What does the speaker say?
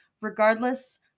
regardless